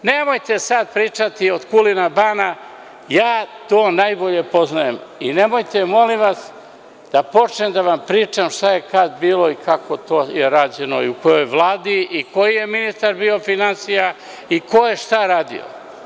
Nemojte sada pričati od Kulina Bana, ja to najbolje poznajem i nemojte molim vas da počnem da vam pričam šta je kad bilo i kako je to rađeno i u kojoj Vladi i koji je ministar bio finansija i ko je šta radio.